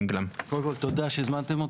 תודה שהזמנתם אותנו.